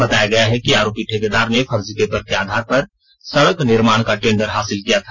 बताया गया है कि आरोपी ठेकेदार ने फर्जी पेपर के आधार पर सड़क निर्माण का टेंडर हासिल किया था